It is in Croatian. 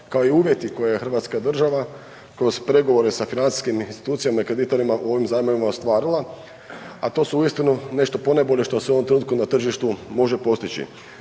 kao i uvjeti koje je hrvatska država kroz pregovore sa financijskim institucijama i kreditorima u ovim zajmovima ostvarila, a to su uistinu nešto ponajbolje što se u ovom trenutku na tržištu može postići.